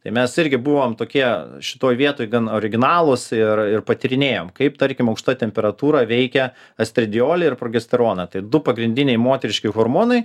tai mes irgi buvom tokie šitoj vietoj gan originalūs ir ir patyrinėjom kaip tarkim aukšta temperatūra veikia estradiolį ir progesteroną tai du pagrindiniai moteriški hormonai